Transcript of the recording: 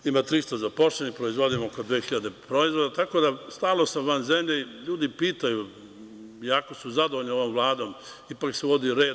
Ima 300 zaposlenih, proizvodimo oko 2.000 proizvoda, tako da stalno sam van zemlje i ljudi pitaju, jako su zadovoljni ovom Vladom, ipak se uvodi red.